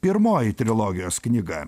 pirmoji trilogijos knyga